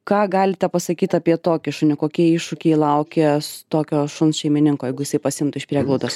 ką galite pasakyt apie tokį šunį kokie iššūkiai laukia tokio šuns šeimininko jeigu jisai pasiimtų iš prieglaudos